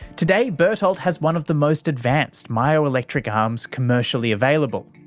today, bertolt has one of the most advanced myoelectric arms commercially available,